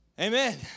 Amen